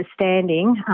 understanding